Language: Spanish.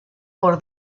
por